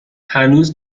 هنوز